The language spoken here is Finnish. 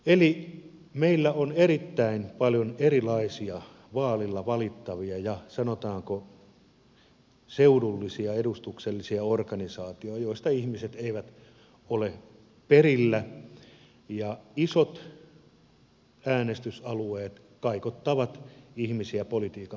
eli meillä on erittäin paljon erilaisia vaalilla valittavia ja sanotaanko seudullisia edustuksellisia organisaatioita joista ihmiset eivät ole perillä ja isot äänestysalueet kaikottavat ihmisiä politiikan parista